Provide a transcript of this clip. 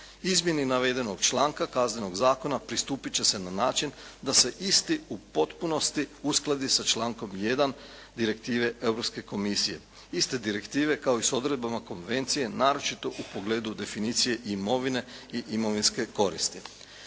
Izmjeni navedenog članka Kaznenog zakona pristupit će se na način da se isti u potpunosti uskladi sa člankom 1. Direktive Europske komisije. Iste direktive kao i s odredbama konvencije naročito u pogledu definicije i imovine i imovinske koristi.